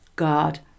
God